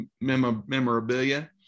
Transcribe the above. memorabilia